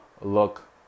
look